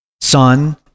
son